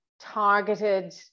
targeted